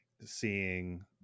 seeing